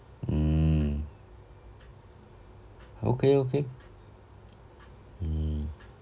mm okay okay mm